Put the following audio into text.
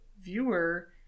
viewer